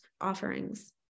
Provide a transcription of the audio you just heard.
offerings